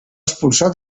expulsar